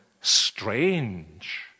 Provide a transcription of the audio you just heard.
strange